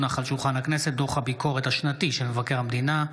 דוח הביקורת השנתי של מבקר המדינה,